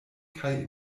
kaj